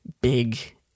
big